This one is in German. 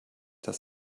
dass